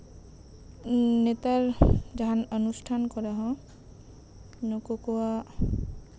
ᱱᱮᱛᱟᱨ ᱡᱟᱦᱟᱱ ᱚᱱᱩᱥᱴᱷᱟᱱ ᱠᱚᱨᱮ ᱦᱚᱸ ᱱᱩᱠᱩ ᱠᱚᱣᱟᱜ